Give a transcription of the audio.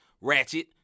ratchet